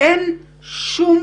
אין שום